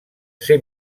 ser